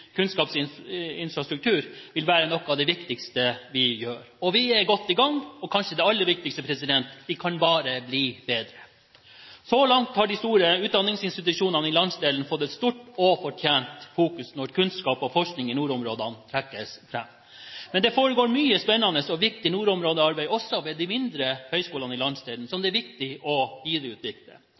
vil være noe av det viktigste vi gjør. Vi er godt i gang, og – kanskje det aller viktigste – vi kan bare bli bedre. Så langt har de store utdanningsinstitusjonene i landsdelen fått et stort og fortjent fokus når kunnskap og forskning i nordområdene trekkes fram. Men det foregår mye spennende og viktig nordområdearbeid også ved de mindre høyskolene i landsdelen som det er viktig å videreutvikle.